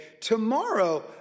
Tomorrow